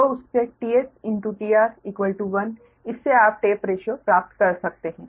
तो उससे tRt s1 इससे आप टेप रेशिओ प्राप्त कर सकते हैं